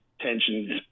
tensions